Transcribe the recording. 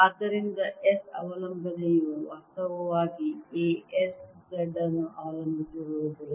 ಆದ್ದರಿಂದ S ಅವಲಂಬನೆಯು ವಾಸ್ತವವಾಗಿ A S Z ಅನ್ನು ಅವಲಂಬಿಸಿರುವುದಿಲ್ಲ